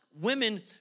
women